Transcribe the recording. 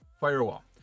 firewall